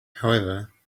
however